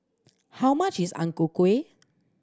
how much is Ang Ku Kueh